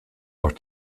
auch